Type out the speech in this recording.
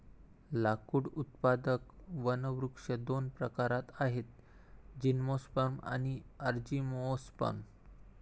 लाकूड उत्पादक वनवृक्ष दोन प्रकारात आहेतः जिम्नोस्पर्म आणि अँजिओस्पर्म